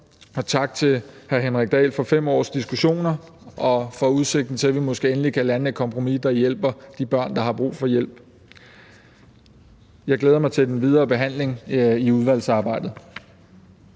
Og tak til hr. Henrik Dahl for 5 års diskussioner og for udsigten til, at vi måske endelig kan lande et kompromis, der hjælper de børn, der har brug for hjælp. Jeg glæder mig til den videre behandling i udvalget.